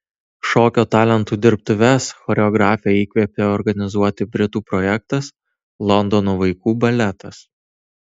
šokio talentų dirbtuves choreografę įkvėpė organizuoti britų projektas londono vaikų baletas